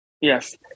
Yes